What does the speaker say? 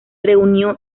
reunió